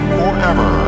forever